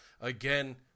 again